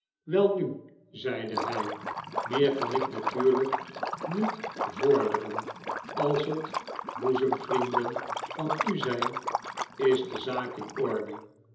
welnu zeide hij meer kan ik natuurlijk niet vorderen als het boezem vrienden van u zijn is de zaak in orde